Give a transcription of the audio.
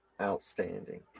Outstanding